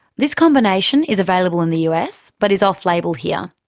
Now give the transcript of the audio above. this combination is available in the us but is off-label here.